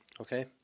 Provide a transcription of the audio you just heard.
Okay